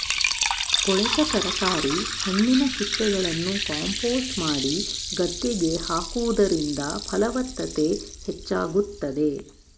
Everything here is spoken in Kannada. ಕೊಳೆತ ತರಕಾರಿ, ಹಣ್ಣಿನ ಸಿಪ್ಪೆಗಳನ್ನು ಕಾಂಪೋಸ್ಟ್ ಮಾಡಿ ಗದ್ದೆಗೆ ಹಾಕುವುದರಿಂದ ಫಲವತ್ತತೆ ಹೆಚ್ಚಾಗುತ್ತದೆ